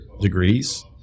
degrees